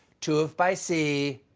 two if by sea,